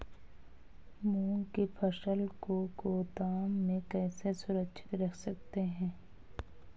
मूंग की फसल को गोदाम में कैसे सुरक्षित रख सकते हैं?